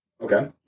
Okay